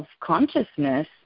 consciousness